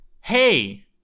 hey